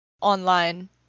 online